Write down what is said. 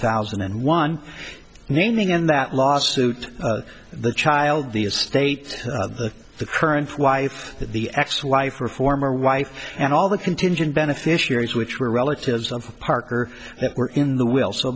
thousand and one naming in that lawsuit the child the estate of the current wife the ex wife or former wife and all the contingent beneficiaries which were relatives of parker that were in the will so